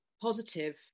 positive